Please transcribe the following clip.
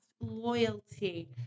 loyalty